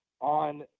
on